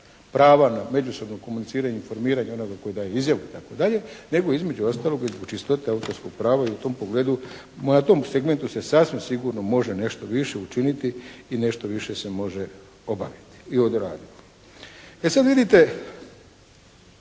prava nad međusobnom komuniciranju i informiranju onoga tko daje izjavu, itd. nego između ostaloga i zbog čistote autorskog prava i u tom pogledu, na tom segmentu se sasvim sigurno može nešto više učiniti i nešto više se može obaviti i odraditi. E sad vidite,